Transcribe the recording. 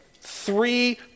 three